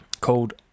called